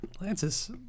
Lance's